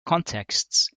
contexts